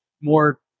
more